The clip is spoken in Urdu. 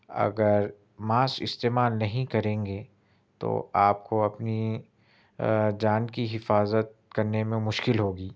اگر ماسک استعمال نہیں کریں گے تو آپ کو اپنی جان کی حفاظت کرنے میں مشکل ہوگی